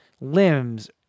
limbs